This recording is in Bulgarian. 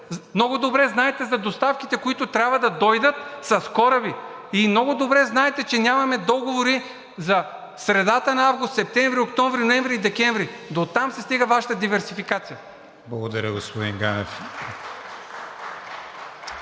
Много добре знаете за доставките, които трябва да дойдат с кораби. Много добре знаете, че нямаме договори за средата на август, септември, октомври, ноември и декември. Дотам стига Вашата диверсификация. (Ръкопляскания